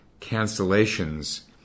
cancellations